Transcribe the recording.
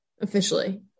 officially